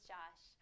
Josh